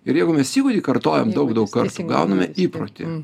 ir jeigu mes įgūdį kartojom daug daug kartų gauname įprotį